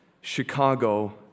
Chicago